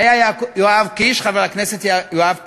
היה יואב קיש, חבר הכנסת יואב קיש,